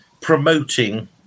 promoting